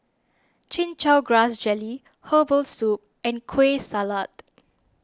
Chin Chow Grass Jelly Herbal Soup and Kueh Salat